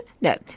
no